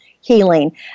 healing